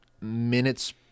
minutes